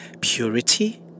purity